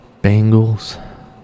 Bengals